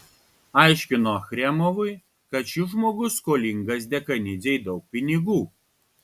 aiškino achremovui kad šis žmogus skolingas dekanidzei daug pinigų